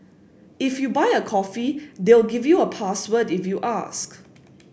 if you buy a coffee they'll give you a password if you ask